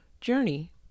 journey